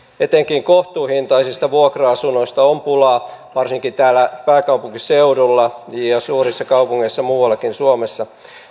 etenkin kohtuuhintaisista vuokra asunnoista on pulaa varsinkin täällä pääkaupunkiseudulla ja suurissa kaupungeissa muuallakin suomessa